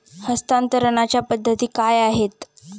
हस्तांतरणाच्या पद्धती काय आहेत?